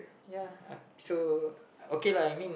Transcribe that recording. ya so okay lah I mean